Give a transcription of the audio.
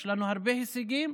יש לנו הרבה הישגים.